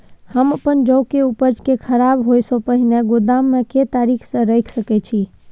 हम अपन जौ के उपज के खराब होय सो पहिले गोदाम में के तरीका से रैख सके छी?